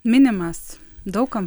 minimas daug kam